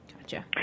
Gotcha